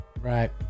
Right